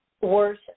worse